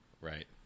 Right